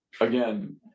again